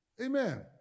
Amen